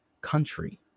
country